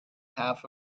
half